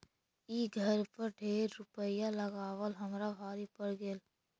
ई घर पर ढेर रूपईया लगाबल हमरा भारी पड़ गेल